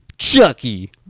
chucky